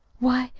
why,